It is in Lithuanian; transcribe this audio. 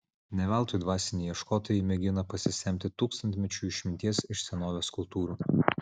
ne veltui dvasiniai ieškotojai mėgina pasisemti tūkstantmečių išminties iš senovės kultūrų